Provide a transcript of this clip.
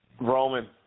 Roman